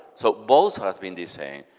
so both has been the same.